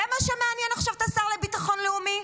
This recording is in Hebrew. זה מה שמעניין עכשיו את השר לביטחון לאומי?